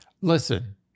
Listen